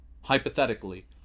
hypothetically